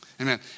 Amen